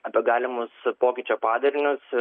apie galimus pokyčio padarinius